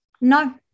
no